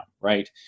right